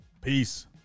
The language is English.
Peace